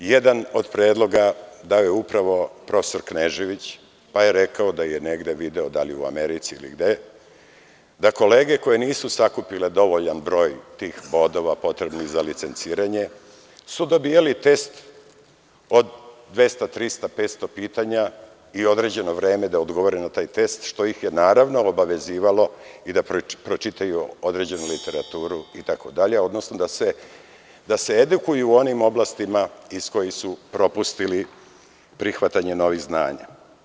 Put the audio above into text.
Jedan od predloga dao je upravo prof. Knežević koji je rekao da je negde video, da li u Americi ili gde, da kolege koje nisu sakupile dovoljan broj tih potrebnih bodova za licenciranje su dobijali test od 200, 300, 500 pitanja i određeno vreme da odgovore na taj test, što ih je naravno i obavezivalo da pročitaju određenu literaturu, itd, odnosno da se edukuju u onim oblastima iz kojih su propustili prihvatanje novih znanja.